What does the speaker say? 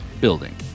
Building